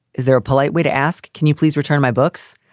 is there a polite way to ask? can you please return my books?